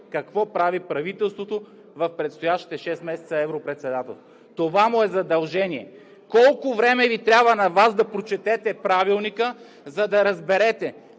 какво прави правителството в предстоящите шест месеца европредседателство. Това му е задължение. Колко време Ви трябва на Вас да прочетете Правилника, за да разберете